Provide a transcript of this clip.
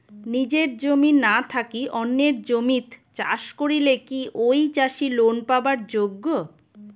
নিজের জমি না থাকি অন্যের জমিত চাষ করিলে কি ঐ চাষী লোন পাবার যোগ্য?